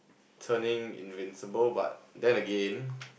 turning into invincible but that again